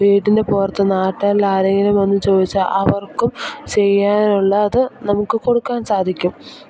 വീട്ടിന് പുറത്തു നട്ടാൽ ആരെങ്കിലും വന്നു ചോദിച്ചാൽ അവർക്കും ചെയ്യാൻ ഉള്ളത് നമുക്ക് കൊടുക്കാൻ സാധിക്കും